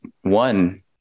one